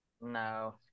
No